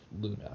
Luna